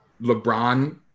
LeBron –